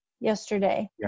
yesterday